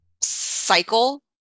cycle